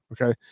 Okay